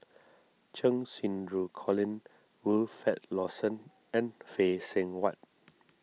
Cheng Xinru Colin Wilfed Lawson and Phay Seng Whatt